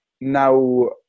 now